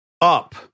up